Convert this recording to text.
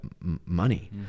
money